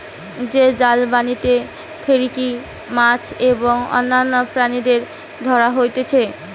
যে জাল পানিতে ফেলিকি মাছ এবং অন্যান্য প্রাণীদের ধরা হতিছে